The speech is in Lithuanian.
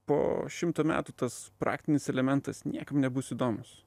po šimto metų tas praktinis elementas niekam nebus įdomus